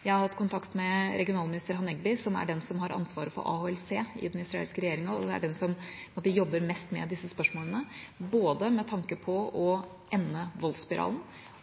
Jeg har hatt kontakt med regionalminister Hanegbi, som er den som har ansvaret for AHLC i den israelske regjeringa, og er den som jobber mest med disse spørsmålene, både med tanke på å ende voldsspiralen